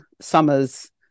summers